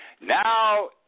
Now